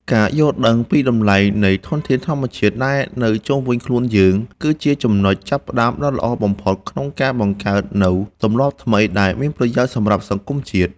ការយល់ដឹងពីតម្លៃនៃធនធានធម្មជាតិដែលនៅជុំវិញខ្លួនយើង គឺជាចំណុចចាប់ផ្ដើមដ៏ល្អបំផុតក្នុងការបង្កើតនូវទម្លាប់ថ្មីដែលមានប្រយោជន៍សម្រាប់សង្គមជាតិ។